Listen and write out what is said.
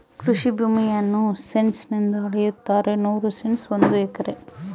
ಕೃಷಿ ಭೂಮಿಯನ್ನು ಸೆಂಟ್ಸ್ ನಿಂದ ಅಳೆಯುತ್ತಾರೆ ನೂರು ಸೆಂಟ್ಸ್ ಒಂದು ಎಕರೆ